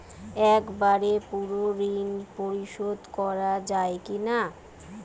একবারে পুরো ঋণ পরিশোধ করা যায় কি না?